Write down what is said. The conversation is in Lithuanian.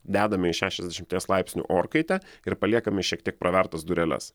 dedame į šešiasdešimties laipsnių orkaitę ir paliekame šiek tiek pravertas dureles